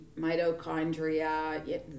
mitochondria